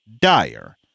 dire